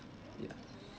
yeah